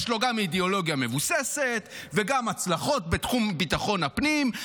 יש לו גם אידיאולוגיה מבוססת וגם הצלחות בתחום ביטחון הפנים,